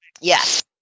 Yes